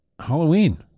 Halloween